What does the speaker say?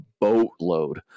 boatload